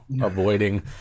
avoiding